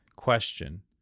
Question